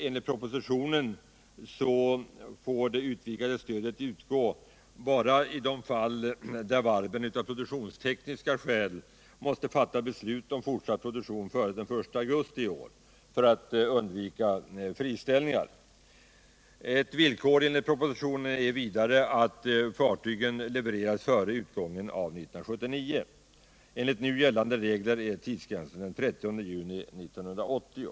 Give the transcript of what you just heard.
Enligt propositionen får det utvidgade stödet utgå endast när varven av produktionstekniska skäl måste fatta beslut om fortsatt produktion före den 1 augusti i år för att undvika friställningar. Ytterligare ett villkor är enligt propositionen att fartygen levereras före utgången av 1979. Enligt nu gällande regler anges tidsgränsen till den 30 juni 1980.